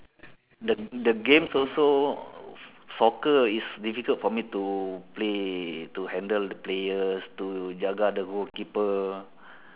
the the games also soccer is difficult for me to play to handle the players to jaga the goalkeeper